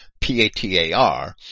P-A-T-A-R